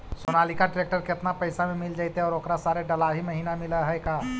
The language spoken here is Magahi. सोनालिका ट्रेक्टर केतना पैसा में मिल जइतै और ओकरा सारे डलाहि महिना मिलअ है का?